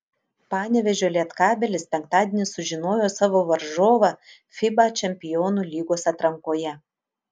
panevėžio lietkabelis penktadienį sužinojo savo varžovą fiba čempionų lygos atrankoje